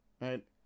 right